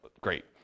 great